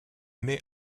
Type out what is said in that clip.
mai